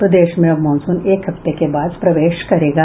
प्रदेश में अब मॉनसून एक हफ्ते के बाद प्रवेश करेगा